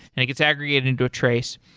like it's aggregating into a trace.